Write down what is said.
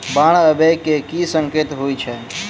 बाढ़ आबै केँ की संकेत होइ छै?